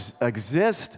exist